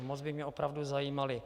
Moc by mě opravdu zajímaly.